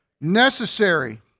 Necessary